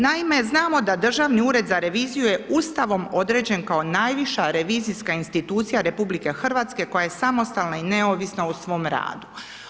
Naime znamo da Državni ured za reviziju je Ustavom određen kao najviša revizijska institucija RH koja je samostalna i neovisna o svom radu.